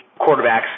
quarterbacks